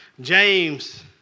James